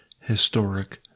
historic